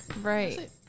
Right